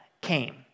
came